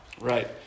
Right